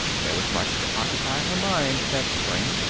there was much to occupy her mind that spring.